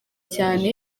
cyane